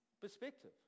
perspective